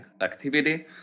activity